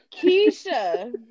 Keisha